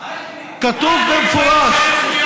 כתוב במפורש,